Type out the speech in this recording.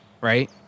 right